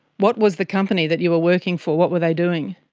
what was the company that you were working for, what were they doing?